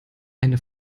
eine